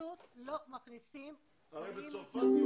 שלא מכניסים עולים מצרפת למרכזי קליטה.